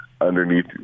underneath